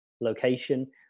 location